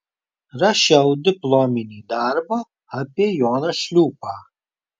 rašiau diplominį darbą apie joną šliūpą